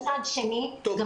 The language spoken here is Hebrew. משרד הבריאות קובע